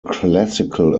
classical